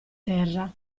terra